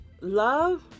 love